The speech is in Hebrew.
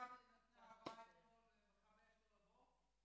המשטרה נתנה הוראה אתמול למכבי אש לא לבוא.